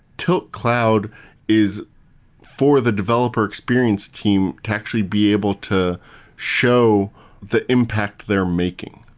tilt cloud is for the developer experience team to actually be able to show the impact they're making.